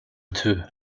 two